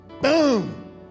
boom